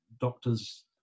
doctors